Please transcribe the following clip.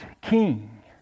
king